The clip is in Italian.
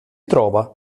trova